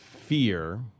fear